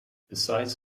besides